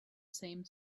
same